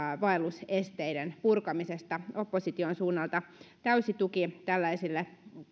vaellusesteiden purkamisesta opposition suunnalta täysi tuki tällaiselle